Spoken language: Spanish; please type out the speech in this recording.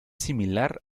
similar